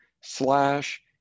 slash